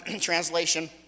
translation